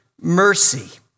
mercy